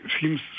seems